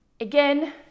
Again